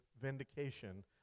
vindication